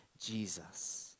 Jesus